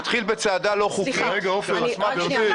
זה התחיל בצעדה לא חוקית, גברתי.